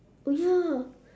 oh ya